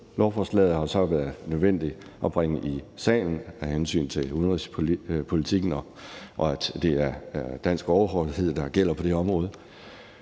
Lovforslaget har jo så været nødvendigt at bringe i salen af hensyn til udenrigspolitikken, og at det er dansk overhøjhed, der gælder på det område.